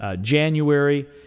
January